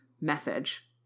message